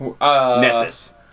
Nessus